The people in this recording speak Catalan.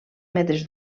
metres